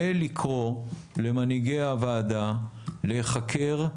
ולקרוא למנהיגי הוועדה להיחקר,